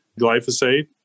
glyphosate